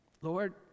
Lord